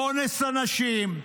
אונס הנשים,